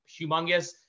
humongous